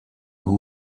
who